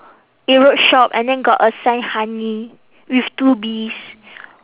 it wrote shop and then got a sign honey with two bees